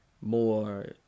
more